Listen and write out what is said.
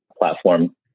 platform